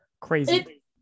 Crazy